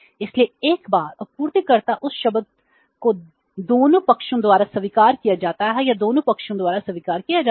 इसलिए एक बार आपूर्तिकर्ता उस शब्द को दोनों पक्षों द्वारा स्वीकार किया जाता है या दोनों पक्षों द्वारा स्वीकार किया जाता है